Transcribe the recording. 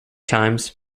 times